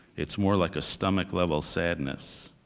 it's more like a stomach-level sadness.